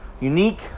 unique